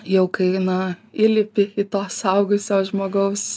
jau kai na įlipi į to suaugusio žmogaus